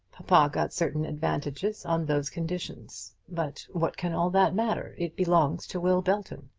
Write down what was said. papa got certain advantages on those conditions. but what can all that matter? it belongs to will belton.